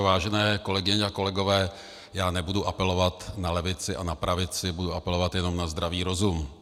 Vážené kolegyně a kolegové, já nebudu apelovat na levici a na pravici, budu apelovat jenom na zdravý rozum.